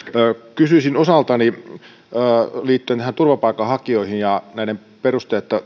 kysyisin osaltani liittyen turvapaikanhakijoihin ja perusteetta